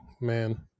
man